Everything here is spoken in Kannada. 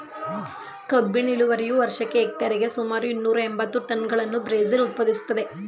ಕಬ್ಬಿನ ಇಳುವರಿಯು ವರ್ಷಕ್ಕೆ ಹೆಕ್ಟೇರಿಗೆ ಸುಮಾರು ಇನ್ನೂರ ಎಂಬತ್ತು ಟನ್ಗಳಷ್ಟು ಬ್ರೆಜಿಲ್ ಉತ್ಪಾದಿಸ್ತದೆ